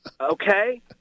Okay